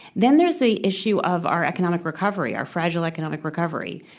then there's the issue of our economic recovery our fragile economic recovery.